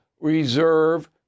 reserve